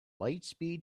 lightspeed